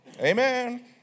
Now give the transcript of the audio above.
Amen